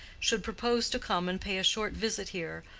should propose to come and pay a short visit here,